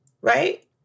Right